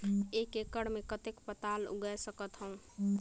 एक एकड़ मे कतेक पताल उगाय सकथव?